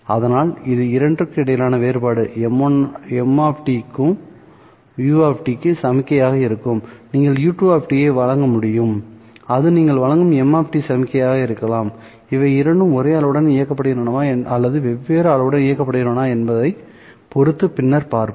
அதனால் இது இரண்டிற்கும் இடையிலான வேறுபாடு m க்கு u1 சமிக்ஞையாக இருக்கும் நீங்கள் u2 ஐ வழங்க முடியும்அது நீங்கள் வழங்கும் m சமிக்ஞையாக இருக்கலாம்இவை இரண்டும் ஒரே அளவுடன் இயக்கப்படுகின்றனவா அல்லது வெவ்வேறு அளவுடன் இயக்கப்படுகின்றனவா என்பதைப் பொறுத்து பின்னர் பார்ப்போம்